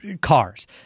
cars